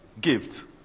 gift